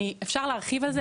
אפשר להרחיב על זה,